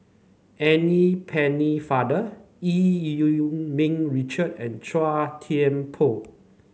Anne Pennefather Eu Yee Ming Richard and Chua Thian Poh